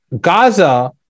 Gaza